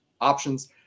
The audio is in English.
options